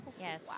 Yes